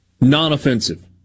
non-offensive